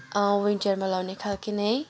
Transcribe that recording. विन्टरमा लाउने खालके नै